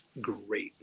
great